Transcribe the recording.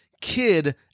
kid